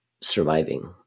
surviving